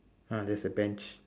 ya there's a bench